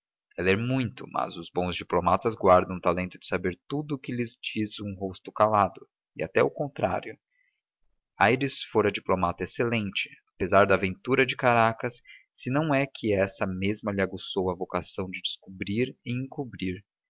é ler muito mas os bons diplomatas guardam o talento de saber tudo o que lhes diz um rosto calado e até o contrário aires fora diplomata excelente apesar da aventura de caracas se não é que essa mesma lhe aguçou a vocação de descobrir e encobrir